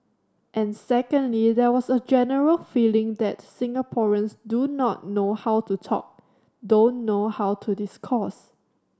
and secondly there was a general feeling that Singaporeans do not know how to talk don't know how to discourse